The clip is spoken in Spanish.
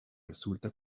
resulta